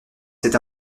c’est